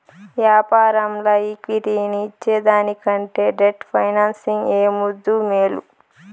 యాపారంల ఈక్విటీని ఇచ్చేదానికంటే డెట్ ఫైనాన్సింగ్ ఏ ముద్దూ, మేలు